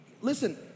listen